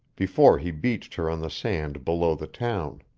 before he beached her on the sand below the town.